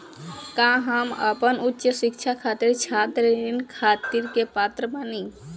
का हम अपन उच्च शिक्षा खातिर छात्र ऋण खातिर के पात्र बानी?